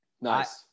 Nice